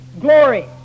glory